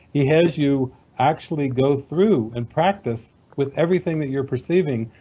he has you actually go through and practice with everything that you're perceiving,